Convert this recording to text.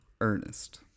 Ernest